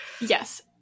Yes